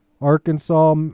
Arkansas